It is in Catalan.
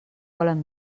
volen